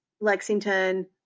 Lexington